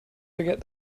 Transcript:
forget